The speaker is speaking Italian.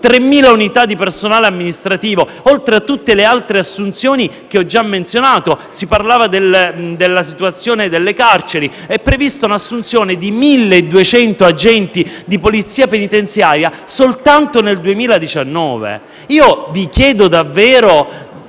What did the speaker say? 3.000 unità di personale amministrativo, oltre a tutte le altre assunzioni che ho già menzionato. Si è poi parlato della situazione delle carceri. In tale ambito, è prevista un'assunzione di 1.200 agenti di polizia penitenziaria soltanto nel 2019. Possiamo vedere